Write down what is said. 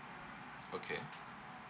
okay